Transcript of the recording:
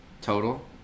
total